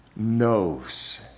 knows